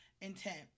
intent